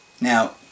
Now